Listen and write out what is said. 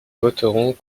voterons